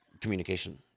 communication